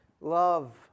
love